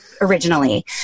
originally